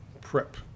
prep